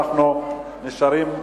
אנחנו נשארים,